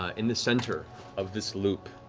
ah in the center of this loop,